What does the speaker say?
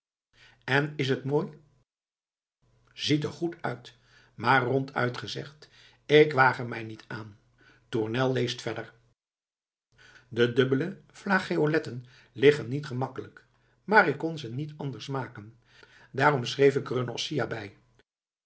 en is t mooi t ziet er goed uit maar ronduit gezegd k waag er mij niet aan tournel leest verder de dubbele flageoletten liggen niet gemakkelijk maar ik kon ze niet anders maken daarom schreef ik er een ossia bij